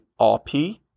rp